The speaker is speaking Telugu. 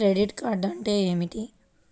క్రెడిట్ కార్డ్ అంటే ఏమిటి?